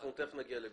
נגיע לגופו.